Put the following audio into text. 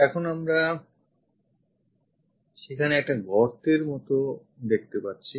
এখন আমরা সেখানে একটা কিছু গর্তের মতো পাচ্ছি